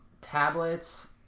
tablets